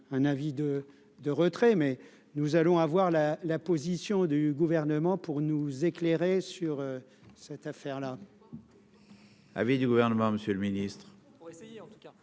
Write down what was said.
avis de de retrait, mais nous allons avoir la la position du gouvernement pour nous éclairer sur cette affaire-là.